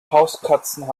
hauskatzen